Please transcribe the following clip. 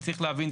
וצריך להבין,